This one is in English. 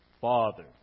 father